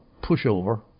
pushover